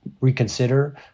reconsider